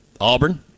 Auburn